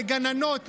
לגננות,